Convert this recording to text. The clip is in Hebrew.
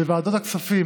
בוועדת הכספים,